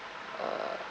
err